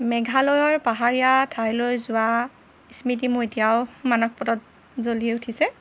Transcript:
মেঘালয়ৰ পাহাৰীয়া ঠাইলৈ যোৱা স্মৃতি মোৰ এতিয়াও মানসপতত জ্বলি উঠিছে